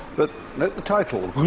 but note the title. um